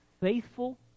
faithful